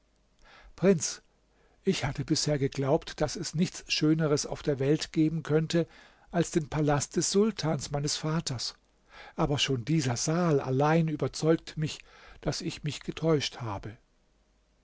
prinz ich hatte bisher geglaubt daß es nichts schöneres auf der welt geben könnte als den palast des sultans meines vaters aber schon dieser saal allein überzeugt mich daß ich mich getäuscht habe